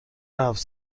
هفت